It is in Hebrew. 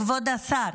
כבוד השר,